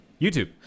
YouTube